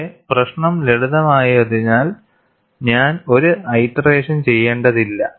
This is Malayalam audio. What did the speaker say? പക്ഷേ പ്രശ്നം ലളിതമായതിനാൽ ഞാൻ ഒരു ഐറ്ററേഷൻ ചെയ്യേണ്ടതില്ല